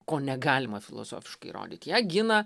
ko negalima filosofiškai įrodyt ją gina